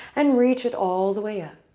and reach it all the way up.